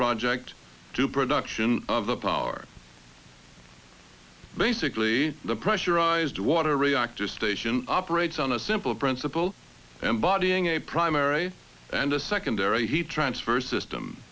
project to production of the power basically the pressurized water reactors station operates on a simple principle and bodying a primary and a secondary heat transfer system